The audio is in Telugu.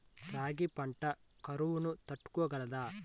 రాగి పంట కరువును తట్టుకోగలదా?